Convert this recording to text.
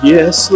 Yes